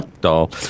doll